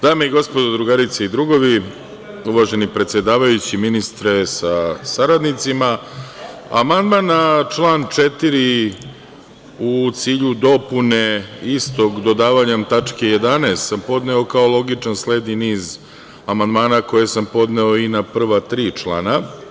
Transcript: Dame i gospodo, drugarice i drugovi, uvaženi predsedavajući, ministre sa saradnicima, amandman na član 4. u cilju dopune istog dodavanjem tačke 11. sam podneo kao logičan sled i niz amandmana koje sam podneo i na prva tri člana.